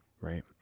right